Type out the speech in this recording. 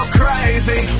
crazy